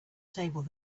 table